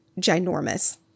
ginormous